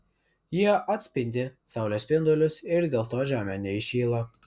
jie atspindi saulės spindulius ir dėl to žemė neįšyla